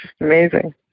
amazing